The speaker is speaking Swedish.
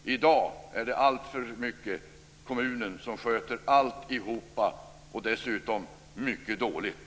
I dag är det alltför ofta kommunen som sköter alltihop och dessutom mycket dåligt.